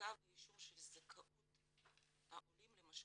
בבדיקה ואישור של זכאות העולים למשכנתא.